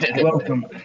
Welcome